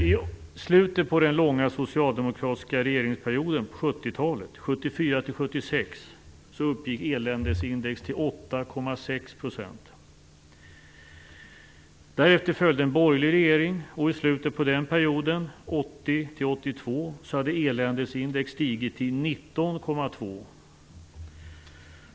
I slutet av den långa socialdemokratiska regeringsperioden på 1970-talet, 1974-1976, uppgick eländesindex till 8,6 %. Därefter följde en borgerlig regering, och i slutet på den perioden, 1980-1982, hade eländesindex stigit till 19,2.